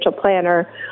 planner